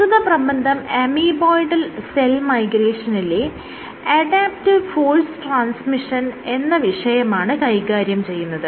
പ്രസ്തുത പ്രബന്ധം amoeboidal cell മൈഗ്രേഷനിലെ അഡാപ്റ്റീവ് ഫോഴ്സ് ട്രാൻസ്മിഷൻ എന്ന വിഷയമാണ് കൈകാര്യം ചെയ്യുന്നത്